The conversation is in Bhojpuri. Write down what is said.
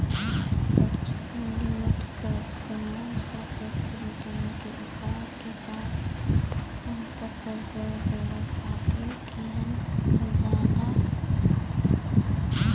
एब्सोल्यूट क इस्तेमाल सापेक्ष रिटर्न के उपाय के साथ अंतर पर जोर देवे खातिर किहल जाला